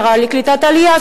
השרה לקליטת עלייה,